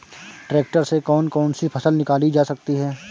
Tractor से कौन कौनसी फसल निकाली जा सकती हैं?